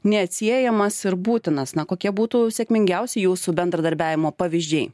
neatsiejamas ir būtinas na kokie būtų sėkmingiausi jūsų bendradarbiavimo pavyzdžiai